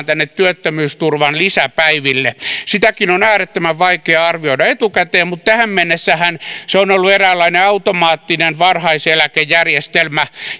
tänne työttömyysturvan lisäpäiville sitäkin on äärettömän vaikea arvioida etukäteen mutta tähän mennessähän se on ollut eräänlainen automaattinen varhaiseläkejärjestelmä